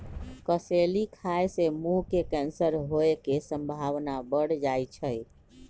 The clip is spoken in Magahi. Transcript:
कसेली खाय से मुंह के कैंसर होय के संभावना बढ़ जाइ छइ